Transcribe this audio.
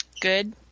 good